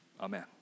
Amen